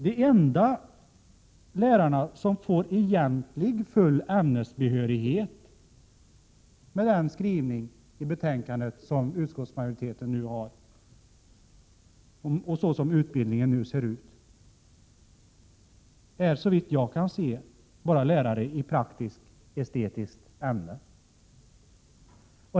De enda lärare som, med den skrivning som utskottsmajoriteten nu har i betänkandet och så som utbildningen nu ser ut, egentligen får full ämnesbehörighet är, såvitt jag kan se, lärare i praktiskt-estetiskt ämne.